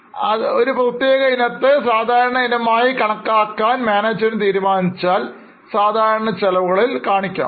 അവർ അത് ഒരു സാധാരണ ഇനം ആയി കണക്കാക്കും എങ്കിൽ അത് സാധാരണ ചെലവുകളിൽ കാണിക്കാം